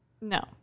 No